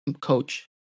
coach